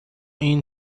این